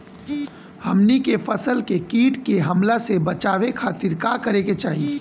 हमनी के फसल के कीट के हमला से बचावे खातिर का करे के चाहीं?